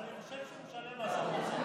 אבל אני חושב שהוא משלם מס הכנסה.